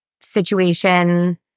situation